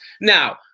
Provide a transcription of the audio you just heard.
now